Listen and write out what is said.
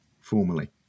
formally